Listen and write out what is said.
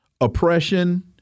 oppression